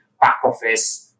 back-office